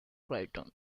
creighton